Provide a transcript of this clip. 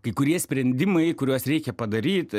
kai kurie sprendimai kuriuos reikia padaryt